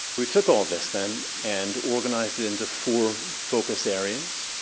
we took all this then and organized it into four focused areas.